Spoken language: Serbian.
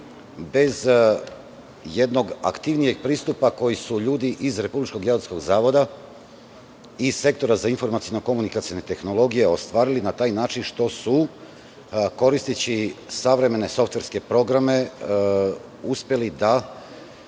bez jednog aktivnijeg pristupa koji su ljudi iz Republičkog geodetskog zavoda i Sektora za informaciono-komunikacione tehnologije ostvarili na taj način što su, koristeći savremene softverske programe, uspeli da